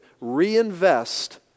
reinvest